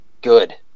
good